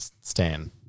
Stan